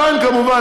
כמובן,